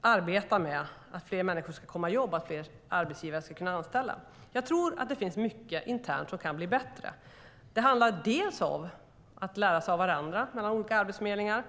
arbeta för att fler människor ska komma i jobb och att fler arbetsgivare ska kunna anställa. Det finns mycket internt som kan bli bättre. Det handlar bland annat om att olika arbetsförmedlingar kan lära sig av varandra.